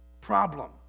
problem